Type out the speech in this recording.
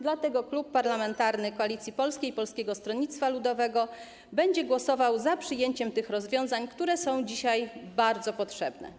Dlatego Klub Parlamentarny Koalicja Polska - Polskie Stronnictwo Ludowe będzie głosował za przyjęciem tych rozwiązań, które są dzisiaj bardzo potrzebne.